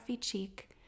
cheek